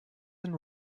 and